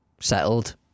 Settled